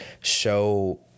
show